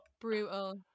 brutal